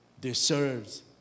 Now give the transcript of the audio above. deserves